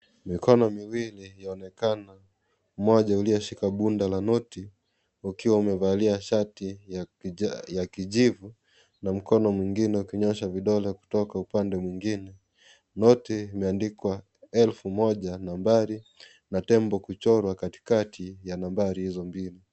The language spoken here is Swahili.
Mikono miwili yaonekana, mmoja ulioshika bunda la noti ukiwa umevalia shati ya kijivu na mkono mwingine ukinyosha vidole kutoka upande mwingine. Noti imeandikwa elfu moja nambari na tembo kuchorwa katikati ya nambari hizo mbili.